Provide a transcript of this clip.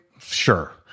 Sure